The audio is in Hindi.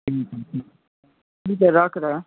ठीक है रख रहे हैं